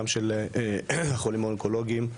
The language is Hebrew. גם של החולים האונקולוגים,